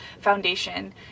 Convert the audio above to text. foundation